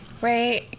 right